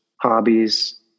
Hobbies